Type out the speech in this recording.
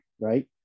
right